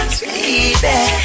baby